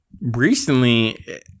recently